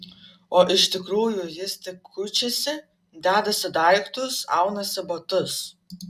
o iš tikrųjų jis tik kuičiasi dedasi daiktus aunasi batus